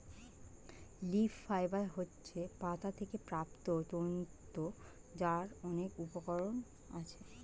leaf fibre হচ্ছে পাতা থেকে প্রাপ্ত তন্তু যার অনেক উপকরণ আছে